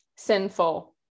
sinful